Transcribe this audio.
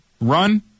run